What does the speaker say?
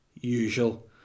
usual